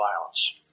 violence